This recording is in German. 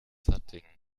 hattingen